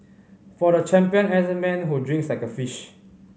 for the champion N S man who drinks like a fish